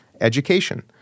Education